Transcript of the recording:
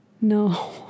No